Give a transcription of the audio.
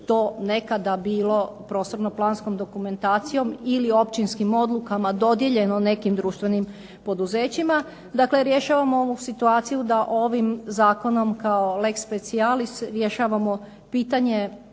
to nekada bilo prostorno planskom dokumentacijom ili općinskim odlukama dodijeljeno nekim društvenim poduzećima. Dakle, rješavamo situaciju da ovim Zakonom kao leg specialis rješavamo pitanje